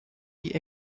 die